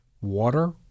water